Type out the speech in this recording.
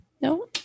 no